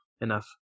enough